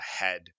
ahead